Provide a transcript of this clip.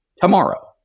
tomorrow